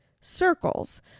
circles